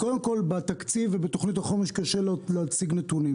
קודם כל, בתקציב ובתוכנית החומש קשה להשיג נתונים.